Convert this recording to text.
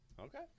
Okay